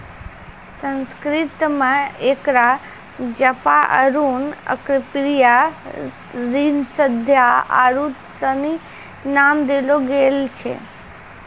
संस्कृत मे एकरा जपा अरुण अर्कप्रिया त्रिसंध्या आरु सनी नाम देलो गेल छै